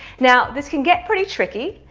now this can get pretty tricky.